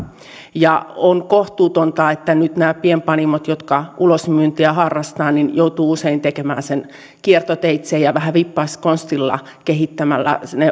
on kohtuutonta että nyt nämä pienpanimot jotka ulosmyyntiä harrastavat joutuvat usein tekemään sen kiertoteitse ja vähän vippaskonstilla kehittämällä